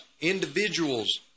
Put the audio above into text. individuals